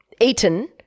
eaten